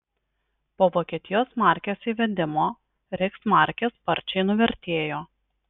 po vokietijos markės įvedimo reichsmarkė sparčiai nuvertėjo